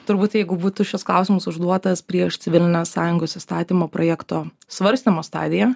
turbūt jeigu būtų šis klausimas užduotas prieš civilinės sąjungos įstatymo projekto svarstymo stadiją